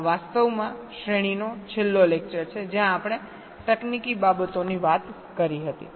આ વાસ્તવમાં શ્રેણીનો છેલ્લો લેક્ચરછે જ્યાં આપણે તકનીકી બાબતોની વાત કરી હતી